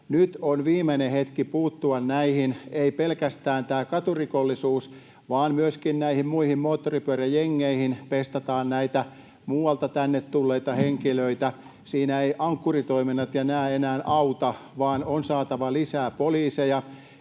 Nyt on viimeinen hetki puuttua näihin — ei pelkästään tähän katurikollisuuteen, vaan myöskin näihin muihin, moottoripyöräjengeihin pestataan muualta tänne tulleita henkilöitä. Siinä eivät Ankkuri-toiminnat ja nämä enää auta, vaan on saatava lisää poliiseja,